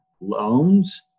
loans